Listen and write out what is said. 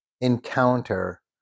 encounter